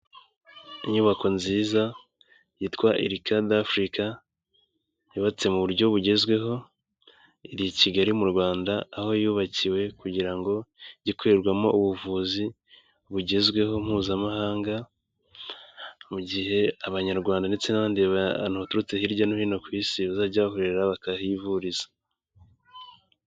Inyubako nziza yitwa Ircand Africa yubatse mu buryo bugezweho, iri i Kigali mu Rwanda aho yubakiwe kugira ngo ijye ikorerwamo ubuvuzi bugezweho mpuzamahanga, mu gihe Abanyarwanda ndetse n'abandi bantu baturutse hirya no hino ku Isi bazajya bahurira bakahivuriza.